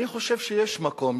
אני חושב שיש מקום,